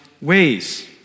ways